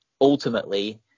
ultimately